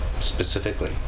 specifically